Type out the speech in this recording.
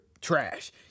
trash